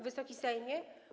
Wysoki Sejmie!